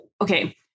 okay